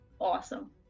awesome